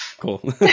Cool